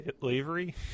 slavery